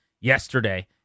yesterday